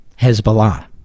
Hezbollah